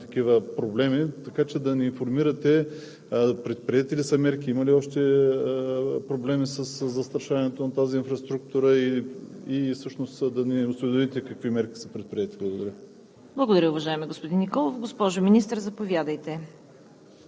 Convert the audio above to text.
така че има достатъчно места, където да се притесняваме, ако има такива проблеми. Информирайте ни, предприети ли са мерки? Има ли още проблем със застрашаването на тази инфраструктура? Всъщност да ни осведомите: какви мерки са предприети. Благодаря.